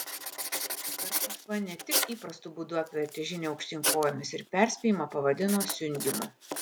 šįkart maskva ne tik įprastu būdu apvertė žinią aukštyn kojomis ir perspėjimą pavadino siundymu